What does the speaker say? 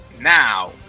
Now